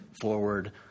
forward